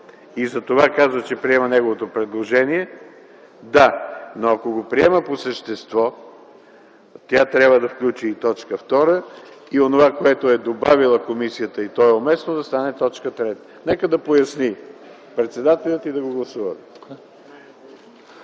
и затова казва, че приема неговото предложение – да, но ако го приема по същество, тя трябва да включи и т. 2, и онова, което е добавила комисията, и то е уместно, да стане т. 3. Нека председателят да поясни